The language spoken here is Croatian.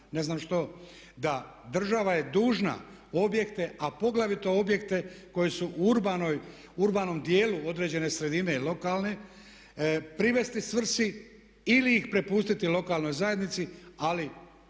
ne znam što da država je dužna objekte a poglavito objekte koji su u urbanom dijelu određene sredine lokalne privesti svrsi ili ih prepustiti lokalnoj zajednici ali tom